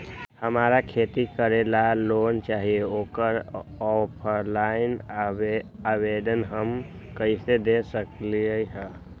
हमरा खेती करेला लोन चाहि ओकर ऑफलाइन आवेदन हम कईसे दे सकलि ह?